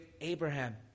Abraham